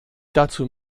dazu